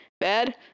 bad